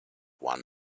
one